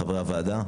חברי הוועדה,